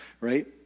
Right